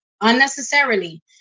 Unnecessarily